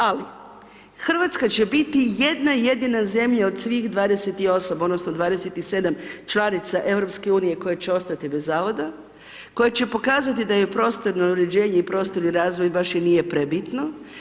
Ali Hrvatska će biti jedna jedina zemlja od svih 28 odnosno 27 članica EU koja će ostati bez zavoda, koja će pokazati da joj prostorno uređenje i prostorni razvoj baš i nje prebitno.